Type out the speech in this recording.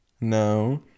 No